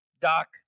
Doc